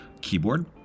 keyboard